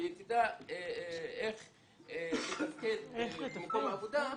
שתדע איך לתפקד במקום עבודה.